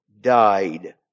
died